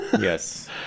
Yes